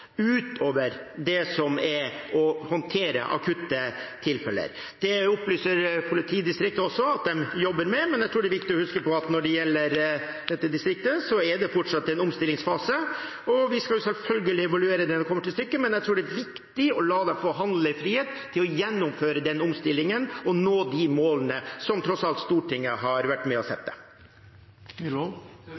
utover det som er å håndtere akutte tilfeller. Det opplyser også politidistriktet at de jobber med. Det er viktig å huske på at når det gjelder dette distriktet, er det fortsatt i en omstillingsfase. Vi skal selvfølgelig evaluere det når det kommer til stykket, men jeg tror det er viktig å la dem få handlefrihet til å gjennomføre den omstillingen og nå de målene som Stortinget tross alt har vært med på å sette.